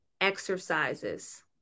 exercises